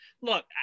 look